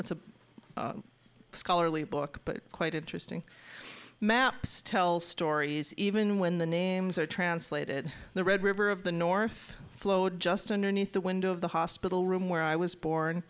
that's a scholarly book but quite interesting maps tell stories even when the names are translated the red river of the north flowed just underneath the window of the hospital room where i was born